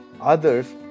others